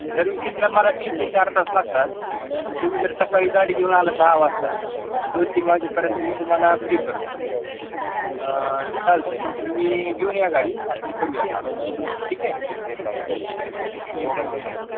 सर्विसिंगला मला तीन ते चार तास लागतात मग तुम्ही जर सकाळी गाडी घेऊन आला दहा वाजता दोन तीन वाजेपर्यंत मी तुम्हाला फ्री करतो चालते मग तुम्ही घेऊन या गाडी आपण करूया काम ठीक आहे ओ ओके थँक्यू